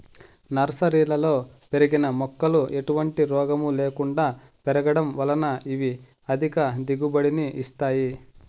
నర్సరీలలో పెరిగిన మొక్కలు ఎటువంటి రోగము లేకుండా పెరగడం వలన ఇవి అధిక దిగుబడిని ఇస్తాయి